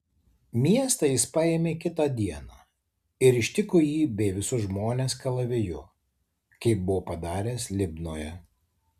miestą jis paėmė kitą dieną ir ištiko jį bei visus žmones kalaviju kaip buvo padaręs libnoje